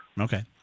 Okay